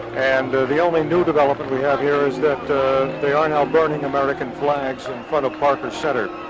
and the only new development we have here is that they are now burning american flags in front of parker center. ah,